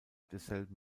desselben